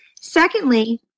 Secondly